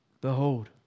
Behold